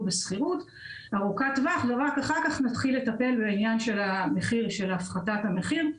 בשכירות ארוכת טווח ורק אחר כך נתחיל לטפל בעניין של הפחתת המחיר.